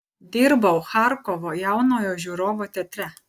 dirbau charkovo jaunojo žiūrovo teatre